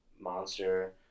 monster